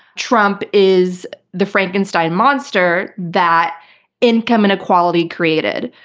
trump is the frankenstein monster that income inequality created,